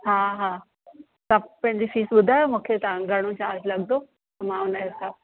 हा हा तव्हां पंहिंजी फ़ीस ॿुधायो मूंखे तव्हां घणो चार्ज लॻंदो त मां हुनजे हिसाबु